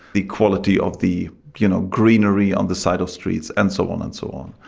the quality of the you know greenery on the side of streets and so on and so on,